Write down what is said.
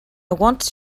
want